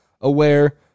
aware